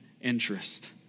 interest